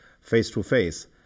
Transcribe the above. face-to-face